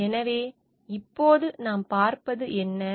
எனவே இப்போது நாம் பார்ப்பது என்ன